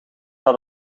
dat